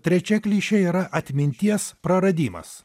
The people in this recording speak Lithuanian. trečia klišė yra atminties praradimas